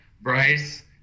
Bryce